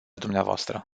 dumneavoastră